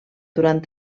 durant